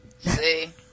see